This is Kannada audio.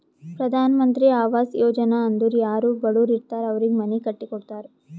ಪ್ರಧಾನ್ ಮಂತ್ರಿ ಆವಾಸ್ ಯೋಜನಾ ಅಂದುರ್ ಯಾರೂ ಬಡುರ್ ಇರ್ತಾರ್ ಅವ್ರಿಗ ಮನಿ ಕಟ್ಟಿ ಕೊಡ್ತಾರ್